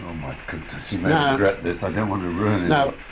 my goodness. you may yeah regret this. i don't want you know